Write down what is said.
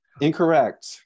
Incorrect